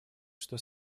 что